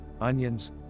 onions